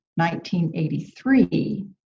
1983